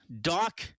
doc